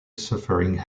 suffering